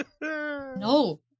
No